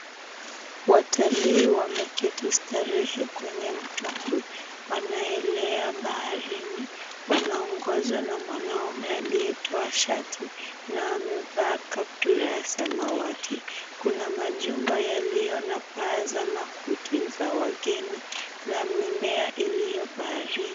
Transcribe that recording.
Watalii wameketi starehe kwenye mtumbwi, wanelea baharini. Wanaongozwa na mwanaume aliyetoa shati na amevaa kaptura ya samawati. Kuna majumba yaliyo na paa za makuti za wageni na mimea iliyobaharini.